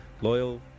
loyal